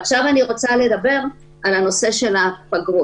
עכשיו אני רוצה לדבר על נושא הפגרות.